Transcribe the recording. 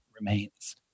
remains